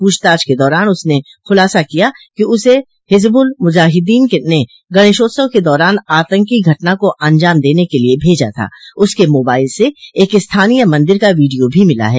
पूछताछ के दौरान उसने खुलासा किया है कि उसे हिजबुल मुजाहिदीन ने गणेशोत्सव के दौरान आतंकी घटना को अंजाम देने के लिए भेजा था उसके मोबाइल से एक स्थानीय मंदिर का वीडियो भी मिला है